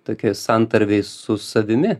tokioj santarvėj su savimi